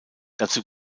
dazu